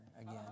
again